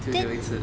久久一次